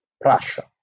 Prussia